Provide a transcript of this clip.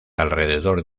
alrededor